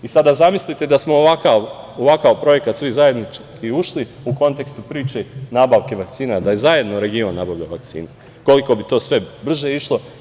Zamislite da smo u ovakav projekat svi zajednički ušli u kontekstu priče nabavke vakcina, da je zajedno region nabavljao vakcine, koliko bi to sve brže išlo.